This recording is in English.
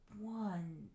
one